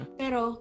pero